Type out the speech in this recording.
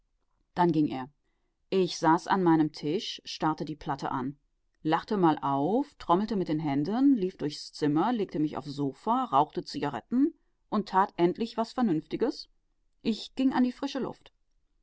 dann ging er ich saß an meinem tisch starrte die platte an lachte mal auf trommelte mit den händen lief durchs zimmer legte mich aufs sofa rauchte zigaretten und tat endlich was vernünftiges ich ging an die frische luft